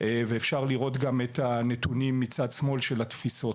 ואפשר לראות גם מצד שמאל, את הנתונים של התפיסות.